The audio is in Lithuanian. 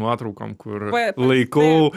nuotraukom kur laikau